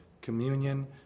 communion